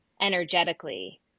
energetically